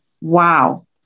Wow